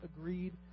agreed